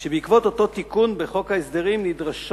שבעקבות אותו תיקון בחוק ההסדרים נדרשות